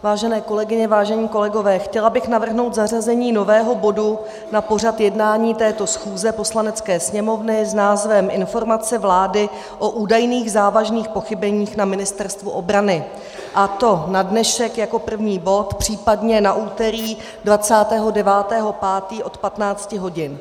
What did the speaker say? Vážené kolegyně, vážení kolegové, chtěla bych navrhnout zařazení nového bodu na pořad jednání této schůze Poslanecké sněmovny s názvem Informace vlády o údajných závažných pochybeních na Ministerstvu obrany, a to na dnešek jako první bod, případně na úterý 29. 5. od 15 hodin.